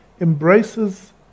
embraces